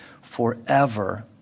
forever